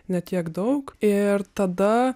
ne tiek daug ir tada